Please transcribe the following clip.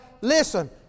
listen